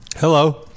hello